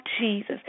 Jesus